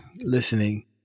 listening